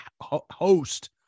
host